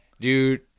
dude